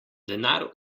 denar